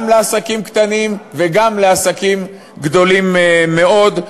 לעסקים קטנים וגם לעסקים גדולים מאוד.